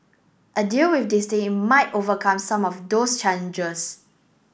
a deal with Disney might overcome some of those challenges